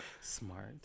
Smart